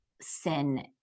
sin